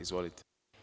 Izvolite.